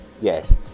Yes